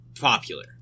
popular